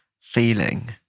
feeling